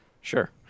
Sure